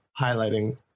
highlighting